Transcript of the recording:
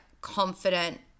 confident